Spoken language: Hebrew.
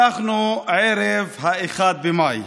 אנחנו ערב אחד במאי,